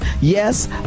Yes